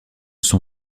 son